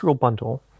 bundle